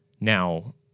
Now